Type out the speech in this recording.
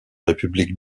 république